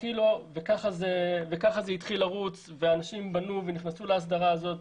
ככה זה התחיל לרוץ ואנשים בנו ונכנסו להסדרה הזאת,